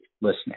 listening